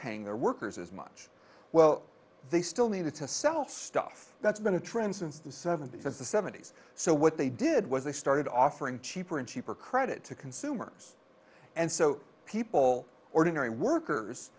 paying their workers as much well they still needed to sell stuff that's been a trend since the seventy's since the seventy's so what they did was they started offering cheaper and cheaper credit to consumers and so people ordinary workers